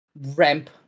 ramp